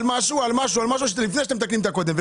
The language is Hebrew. משהו על משהו ולפני שאתם מתקנים את הקודם.